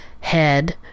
Head